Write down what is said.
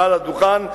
מעל הדוכן,